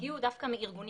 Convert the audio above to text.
הגיעו דווקא מארגונים.